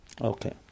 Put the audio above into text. Okay